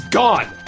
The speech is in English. gone